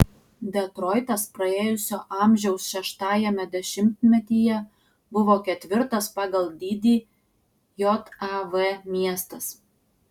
detroitas praėjusio amžiaus šeštajame dešimtmetyje buvo ketvirtas pagal dydį jav miestas